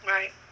Right